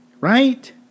Right